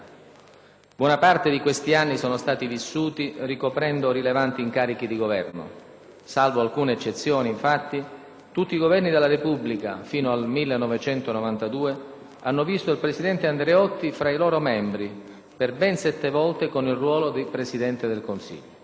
Buona parte di questi anni sono stati vissuti ricoprendo rilevanti incarichi di Governo: salvo alcune eccezioni, infatti, tutti i Governi della Repubblica, fino al 1992, hanno visto il presidente Andreotti fra i loro membri, per ben sette volte con il ruolo di Presidente del Consiglio.